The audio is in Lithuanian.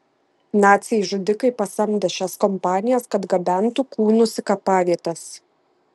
naciai žudikai pasamdė šias kompanijas kad gabentų kūnus į kapavietes